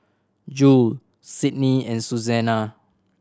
Jule Sydnie and Suzanna